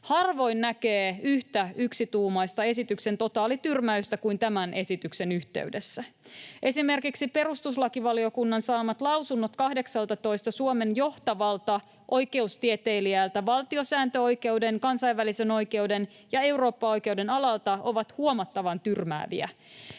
Harvoin näkee yhtä yksituumaista esityksen totaalityrmäystä kuin tämän esityksen yhteydessä. Esimerkiksi perustuslakivaliokunnan saamat lausunnot 18:lta Suomen johtavalta oikeustieteilijältä valtiosääntöoikeuden, kansainvälisen oikeuden ja eurooppaoikeuden alalta ovat huomattavan tyrmääviä.